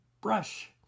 brush